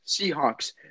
Seahawks